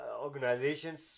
organizations